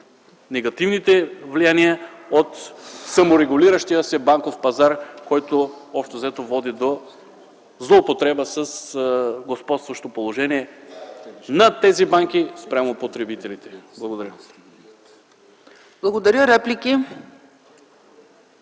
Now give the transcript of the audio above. негативните влияния от саморегулиращия се банков пазар, който общо взето води до злоупотреба с господстващото положение на тези банки спрямо потребителите. Благодаря.